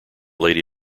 lady